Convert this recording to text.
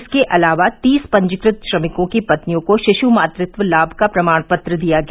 इसके अलावा तीस पंजीकृत श्रमिकों की पत्नियों को शिशु मातृत्व लाभ का प्रमाण पत्र दिया गया